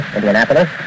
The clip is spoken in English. Indianapolis